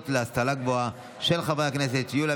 של חברת הכנסת מרב מיכאלי